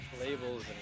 Labels